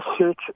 search